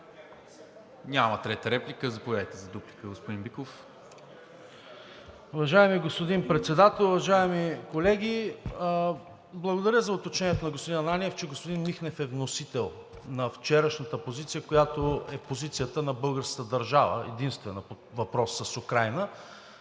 ли трета реплика? Няма. Заповядайте за дуплика, господин Биков. ТОМА БИКОВ (ГЕРБ-СДС): Уважаеми господин Председател, уважаеми колеги! Благодаря за уточнението на господин Ананиев, че господин Михнев е вносител на вчерашната позиция, която е позицията на българската държава – единствена по въпроса с Украйна,